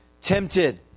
tempted